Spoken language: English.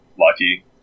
lucky